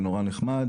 זה נורא נחמד,